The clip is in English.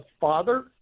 Father